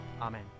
Amen